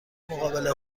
مقابل